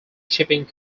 shipping